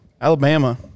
Alabama